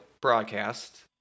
broadcast